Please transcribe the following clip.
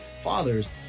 fathers